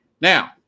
Now